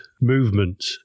movement